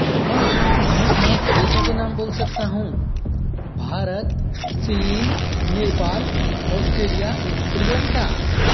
हाँ मैं पाँच देशों के नाम बोल सकता हूँ भारत चीन नेपाल ऑस्ट्रेलिया श्रीलंका